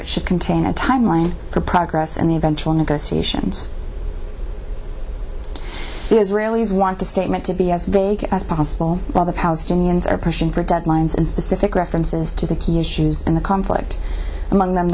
it should contain a timeline for progress and eventual negotiations the israelis want the statement to be as vague as possible while the palestinians are pushing for deadlines and specific references to the key issues in the conflict among them